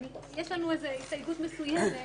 יש לנו הסתייגות מסוימת.